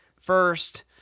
first